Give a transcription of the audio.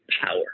power